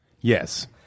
Yes